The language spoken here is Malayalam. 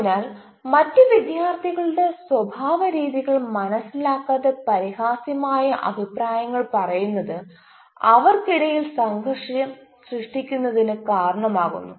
അതിനാൽ മറ്റ് വിദ്യാർത്ഥികളുടെ സ്വഭാവ രീതികൾ മനസിലാക്കാതെ പരിഹാസ്യമായ അഭിപ്രായങ്ങൾ പറയുന്നത് അവർക്കിടയിൽ സംഘർഷം സൃഷ്ടിക്കുന്നതിന് കാരണമാകുന്നു